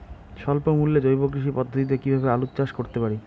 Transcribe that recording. স্বল্প মূল্যে জৈব কৃষি পদ্ধতিতে কীভাবে আলুর চাষ করতে পারি?